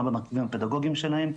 גם במרכיבים הפדגוגיים שלהם,